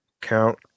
count